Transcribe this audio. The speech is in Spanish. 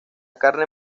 carne